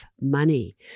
money